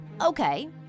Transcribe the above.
Okay